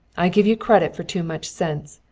i give you credit for too much sense.